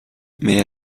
mais